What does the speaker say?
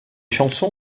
chansons